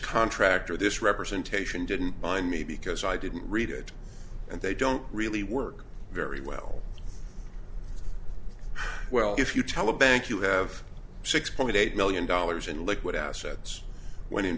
contractor this representation didn't buy me because i didn't read it and they don't really work very well well if you tell a bank you have six point eight million dollars in liquid assets when in